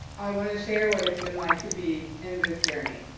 i want to share what it's been like to be in this journey.